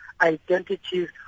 identities